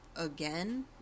again